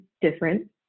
different